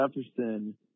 Jefferson